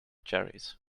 cherries